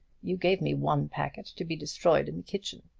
you gave me one packet to be destroyed in the kitchen.